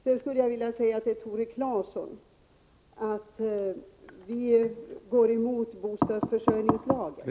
Sedan skulle jag till Tore Claeson vilja säga att vi går emot bostadsförsörjningslagen ...